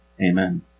amen